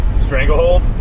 Stranglehold